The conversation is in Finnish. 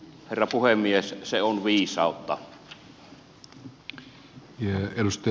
herra puhemies se on viisautta